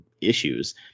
issues